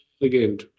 again